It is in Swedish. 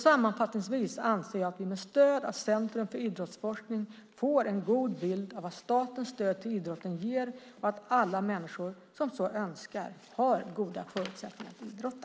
Sammanfattningsvis anser jag att vi med stöd av Centrum för idrottsforskning får en god bild av vad statens stöd till idrotten ger och att alla människor som så önskar har goda förutsättningar att idrotta.